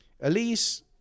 Elise